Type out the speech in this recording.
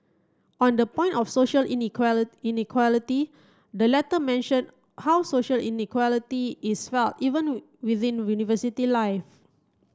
on the point of social inequality the letter mentioned how social inequality is felt even within university life